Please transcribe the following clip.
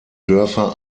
dörfer